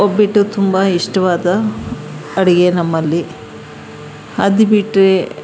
ಒಬ್ಬಟ್ಟು ತುಂಬ ಇಷ್ಟವಾದ ಅಡುಗೆ ನಮ್ಮಲ್ಲಿ ಅದು ಬಿಟ್ಟರೆ